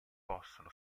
possono